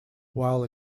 while